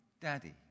Daddy